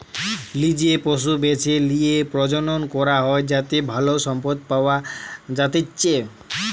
লিজে পশু বেছে লিয়ে প্রজনন করা হয় যাতে ভালো সম্পদ পাওয়া যাতিচ্চে